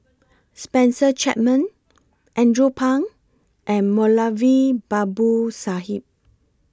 Spencer Chapman Andrew Phang and Moulavi Babu Sahib